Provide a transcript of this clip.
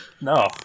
No